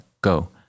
Go